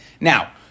Now